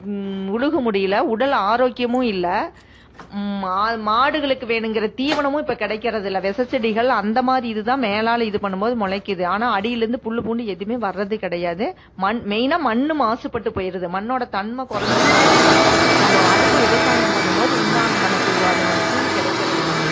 உழுக முடியல உடல் ஆரோக்கியமும் இல்லை மா மாடுகளுக்கு வேணுங்கிற தீவனமும் இப்போ கிடைக்கிறது இல்லை விஷ செடிகள் அந்த மாதிரி இது தான் மேலால் இது பண்ணும் போது முளைக்கிது ஆனால் அடியிலேருந்து புல் பூண்டு எதுவுமே வர்றது கிடையாது மண் மெய்னாக மண் மாசுப்பட்டு போயிடுது மண்ணோட தன்மை குறைஞ்சி போயிறதுனால் நம்ம அடுத்து விவசாயம் பண்ணும் போது உண்டான நமக்கு அதனோட கூலி கிடைக்கிறதில்ல